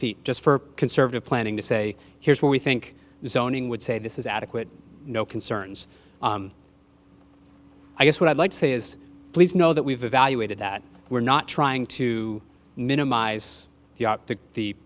feet just for conservative planning to say here's what we think zoning would say this is adequate no concerns i guess what i'd like to say is please know that we've evaluated that we're not trying to minimize the